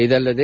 ಇದಲ್ಲದೆ